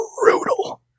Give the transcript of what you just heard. brutal